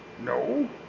no